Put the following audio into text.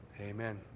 Amen